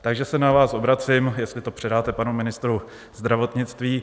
Takže se na vás obracím, jestli to předáte panu ministrovi zdravotnictví.